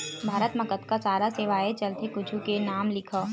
भारत मा कतका सारा सेवाएं चलथे कुछु के नाम लिखव?